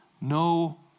No